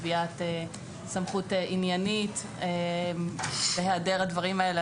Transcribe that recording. קביעת סמכות עניינית ובהיעדר הדברים האלה